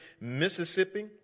mississippi